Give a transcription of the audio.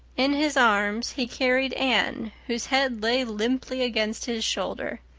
in his arms he carried anne, whose head lay limply against his shoulder.